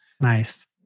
Nice